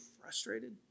frustrated